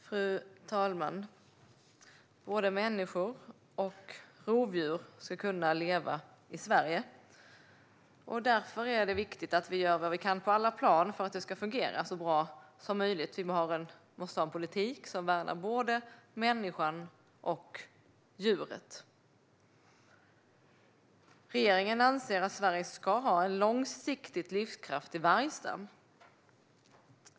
Fru talman! Både människor och rovdjur ska kunna leva i Sverige. Därför är det viktigt att vi gör vad vi kan på alla plan för att det ska fungera så bra som möjligt. Vi måste ha en politik som värnar både människan och djuret. Regeringen anser att Sverige ska ha en långsiktigt livskraftig vargstam.